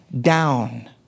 down